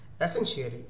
Essentially